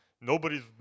nobody's